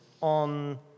on